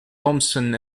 thomson